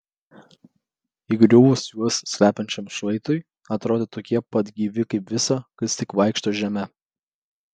įgriuvus juos slepiančiam šlaitui atrodė tokie pat gyvi kaip visa kas tik vaikšto žeme